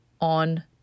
on